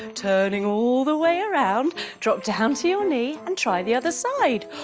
turning all the way around drop down to your knee and try the other side.